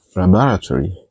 laboratory